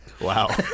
Wow